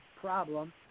problem